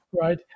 right